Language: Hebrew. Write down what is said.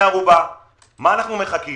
מה אנחנו מחכים?